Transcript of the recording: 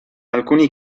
alcuni